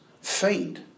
faint